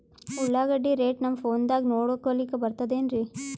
ಉಳ್ಳಾಗಡ್ಡಿ ರೇಟ್ ನಮ್ ಫೋನದಾಗ ನೋಡಕೊಲಿಕ ಬರತದೆನ್ರಿ?